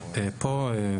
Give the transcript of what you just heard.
פה,